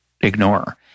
ignore